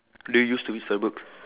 do you used to read story books